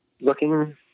looking